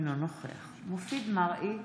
אינו נוכח מופיד מרעי,